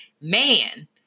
man